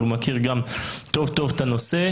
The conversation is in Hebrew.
אבל הוא מכיר גם טוב טוב את הנושא,